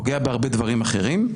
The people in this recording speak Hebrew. פוגע בהרבה דברים אחרים.